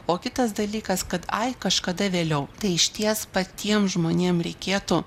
o kitas dalykas kad ai kažkada vėliau tai išties patiem žmonėm reikėtų